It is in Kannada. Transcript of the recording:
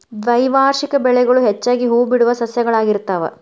ದ್ವೈವಾರ್ಷಿಕ ಬೆಳೆಗಳು ಹೆಚ್ಚಾಗಿ ಹೂಬಿಡುವ ಸಸ್ಯಗಳಾಗಿರ್ತಾವ